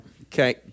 Okay